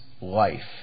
life